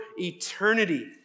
eternity